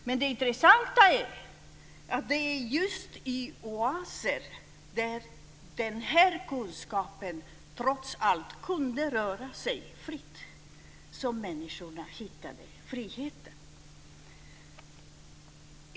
Men det intressanta är att det just var i oaser där denna kunskap trots allt kunde röra sig fritt som människorna hittade friheten.